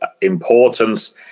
importance